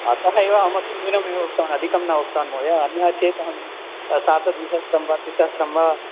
अतः एव अहमपि न्यूनमेव उक्तवान् अधिकं न उक्तवान् महोदय अन्यः चेत् अहं सार्ध द्विसहस्रं वा त्रिसहस्रं वा